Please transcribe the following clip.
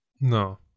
No